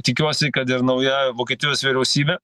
tikiuosi kad ir nauja vokietijos vyriausybė